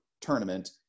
tournament